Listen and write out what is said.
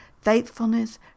faithfulness